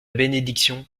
bénédiction